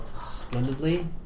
splendidly